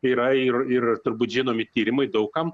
yra ir ir turbūt žinomi tyrimai daug kam